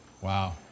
Wow